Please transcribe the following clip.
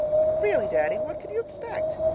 but really, daddy, what could you expect?